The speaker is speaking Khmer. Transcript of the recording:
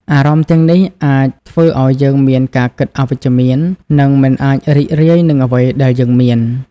អារម្មណ៍ទាំងនេះអាចធ្វើឱ្យយើងមានការគិតអវិជ្ជមាន និងមិនអាចរីករាយនឹងអ្វីដែលយើងមាន។